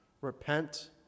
repent